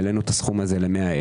העלינו את הסכום הזה ל-100,000.